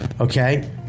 Okay